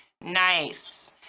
Nice